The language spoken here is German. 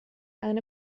eine